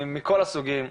מכל הסוגים,